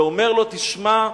ואומר לו: תשמע,